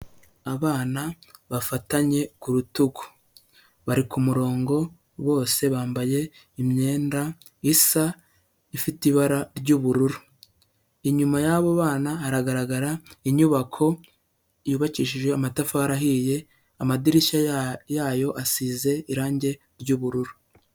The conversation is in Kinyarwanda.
Abana bafatanye ku rutugu bari ku murongo bose bambaye imyenda isa ifite ibara ry'ubururu, inyuma y'abo bana haragaragara inyubako yubakishije amatafari ahiye, amadirishya yayo asize irange ry'ubururu.